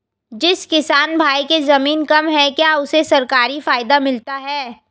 जिस किसान भाई के ज़मीन कम है क्या उसे सरकारी फायदा मिलता है?